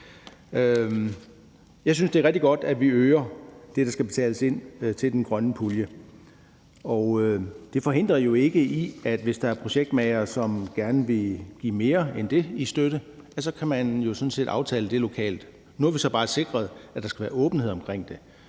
Jeg synes, det er rigtig godt, at vi øger det, der skal betales ind til den grønne pulje, og det forhindrer jo ikke, at man, hvis der er projektmagere, som gerne vil give mere i støtte end det, så kan aftale det lokalt. Nu har vi så bare sikret, at der skal være en åbenhed omkring det,